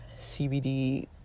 CBD